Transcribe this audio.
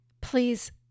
please